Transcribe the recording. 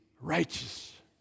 righteous